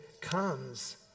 comes